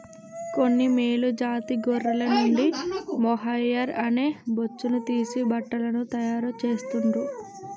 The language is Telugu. కొన్ని మేలు జాతి గొర్రెల నుండి మొహైయిర్ అనే బొచ్చును తీసి బట్టలను తాయారు చెస్తాండ్లు